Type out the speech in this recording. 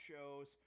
shows